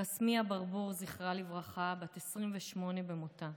רסמיה ברבור, זכרה לברכה, בת 28 במותה.